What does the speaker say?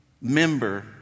member